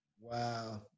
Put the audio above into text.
Wow